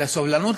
אלא סובלנות,